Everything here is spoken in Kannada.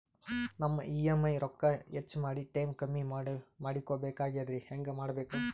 ನಮ್ಮ ಇ.ಎಂ.ಐ ರೊಕ್ಕ ಹೆಚ್ಚ ಮಾಡಿ ಟೈಮ್ ಕಮ್ಮಿ ಮಾಡಿಕೊ ಬೆಕಾಗ್ಯದ್ರಿ ಹೆಂಗ ಮಾಡಬೇಕು?